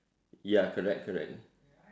ya correct correct